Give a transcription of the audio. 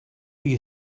you